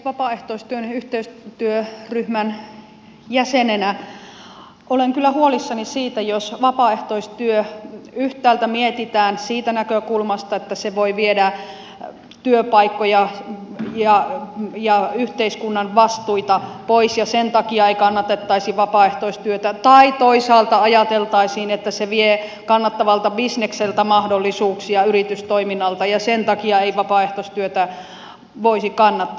vapaaehtoistyön yhteistyöryhmän jäsenenä olen kyllä huolissani siitä jos vapaaehtoistyötä yhtäältä mietitään siitä näkökulmasta että se voi viedä työpaikkoja ja yhteiskunnan vastuita pois ja sen takia ei kannatettaisi vapaaehtoistyötä tai toisaalta ajateltaisiin että se vie kannattavalta bisnekseltä yritystoiminnalta mahdollisuuksia ja sen takia ei vapaaehtoistyötä voisi kannattaa